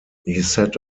set